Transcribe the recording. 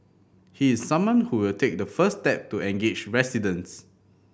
he is someone who will take the first step to engage residents